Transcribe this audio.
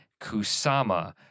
Kusama